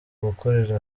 gukorera